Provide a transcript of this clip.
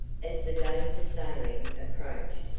as the day for sailing approached,